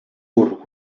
curt